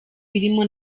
birimo